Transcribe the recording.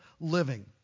living